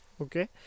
Okay